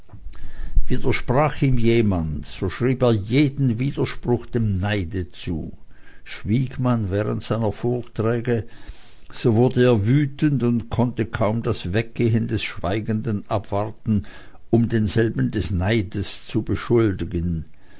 widersprach ihm jemand so schrieb er jeden widerspruch dem neide zu schwieg man während seiner vorträge so wurde er wütend und konnte kaum das weggehen des schweigenden abwarten um denselben des neides zu beschuldigen